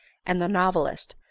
and the novelist,